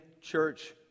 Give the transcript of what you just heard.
church